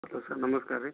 hello sir ನಮಸ್ಕಾರ ರೀ